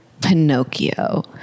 Pinocchio